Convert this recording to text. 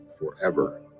forever